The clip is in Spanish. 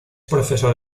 profesor